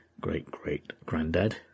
great-great-granddad